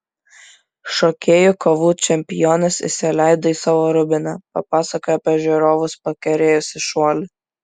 šokėjų kovų čempionės įsileido į savo rūbinę papasakojo apie žiūrovus pakerėjusį šuolį